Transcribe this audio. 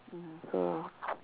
mm so